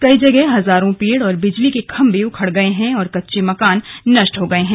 कई जगह हजारों पेड़ और बिजली के खम्भे उखड़ गए हैं और कच्चे मकान नष्ट हो गए हैं